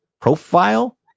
profile